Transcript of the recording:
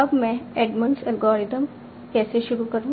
अब मैं Edmonds algorithm कैसे शुरू करूँ